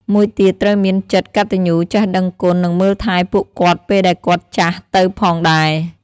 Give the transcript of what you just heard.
មួយទៀតត្រូវមានមានចិត្តកត្តញ្ញូចេះដឹងគុណនិងមើលថែពួកគាត់ពេលដែលគាត់ចាស់ទៅផងដែរ។